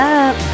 up